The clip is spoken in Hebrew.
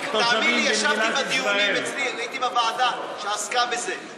תאמין לי, ישבתי בדיונים, הייתי בוועדה שעסקה בזה.